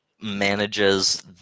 manages